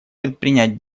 предпринять